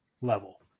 level